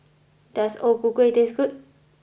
does o ku kueh taste good